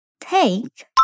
take